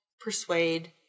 persuade